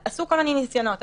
עשו כל מיני ניסיונות.